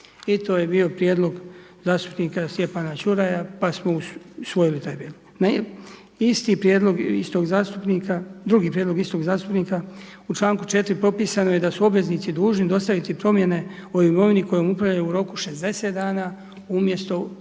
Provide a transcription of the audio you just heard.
I to je bio prijedlog zastupnika Stjepana Čuraja, pa smo usvojili taj prijedlog. Isti prijedlog, istog zastupnika, drugi prijedlog, istog zastupnika, u čl. 4. propisano je da su obveznici dužni dostaviti promjene o imovini kojom upravljaju u roku 60 dana umjesto, u